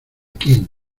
quién